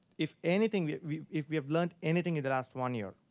if anything if we have learned anything in the last one year,